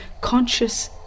conscious